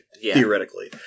theoretically